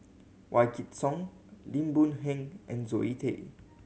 Wykidd Song Lim Boon Heng and Zoe Tay